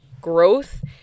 growth